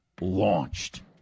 launched